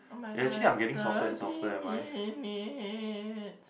[oh]-my-god thirty minutes